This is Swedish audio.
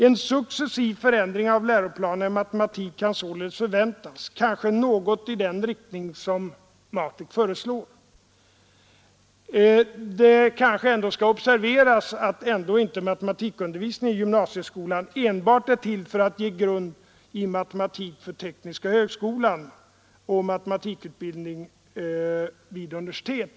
En successiv förändring av läroplanerna i matematik kan således förväntas, kanske något i den riktning som MATEK föreslår. Men det bör observeras att matematikundervisningen i gymnasieskolan ändå inte enbart är till för att ge grunden för matematikstudier vid tekniska högskolor och för matematikundervisningen vid universiteten.